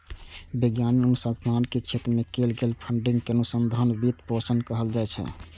वैज्ञानिक अनुसंधान के क्षेत्र मे कैल गेल फंडिंग कें अनुसंधान वित्त पोषण कहल जाइ छै